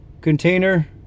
container